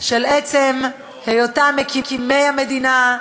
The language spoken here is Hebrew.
של עצם היותם מקימי המדינה,